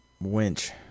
winch